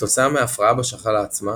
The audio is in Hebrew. כתוצאה מהפרעה בשחלה עצמה,